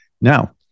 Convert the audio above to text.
now